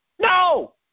No